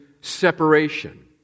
separation